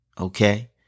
okay